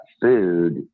food